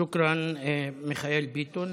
שוכרן, מיכאל ביטון.